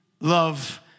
love